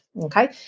okay